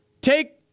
Take